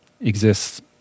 exists